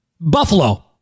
Buffalo